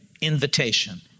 invitation